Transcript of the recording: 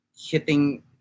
hitting